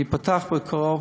והיא תיפתח בקרוב.